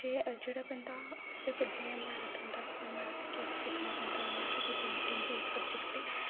जेह्ड़ा बंदा आपें जि'यां मैथ होंदा मैथ गी असें सिक्खना पौंदा इ'यां गै पेंटिंग बी इक सब्जेक्ट ऐ